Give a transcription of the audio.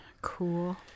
Cool